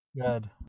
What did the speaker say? good